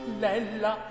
l'ella